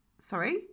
sorry